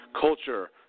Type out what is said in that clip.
culture